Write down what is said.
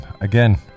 Again